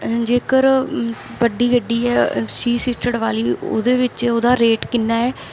ਜੇਕਰ ਵੱਡੀ ਗੱਡੀ ਹੈ ਛੇ ਸੀਟਡ ਵਾਲੀ ਉਹਦਾ ਵਿੱਚ ਉਹਦਾ ਰੇਟ ਕਿੰਨਾ ਹੈ